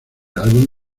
álbum